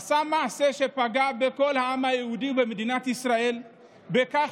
עשה מעשה שפגע בכל היהודים במדינת ישראל בכך